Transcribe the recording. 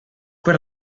per